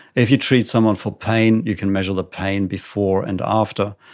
if you treat someone for pain you can measure the pain before and after.